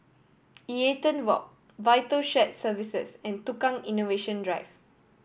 Eaton Walk Vital Shared Services and Tukang Innovation Drive